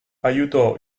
aiutò